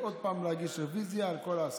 עוד פעם להגיש רוויזיה על כל ההסכמות.